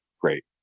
great